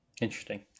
Interesting